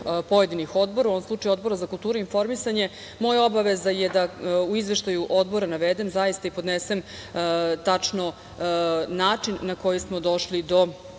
pojedinih odbora, u ovom slučaju Odbora za kulturu i informisanje, moja obaveza je da u izveštaju Odbora navedem i podnesem tačno način na koji smo došli do